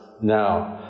Now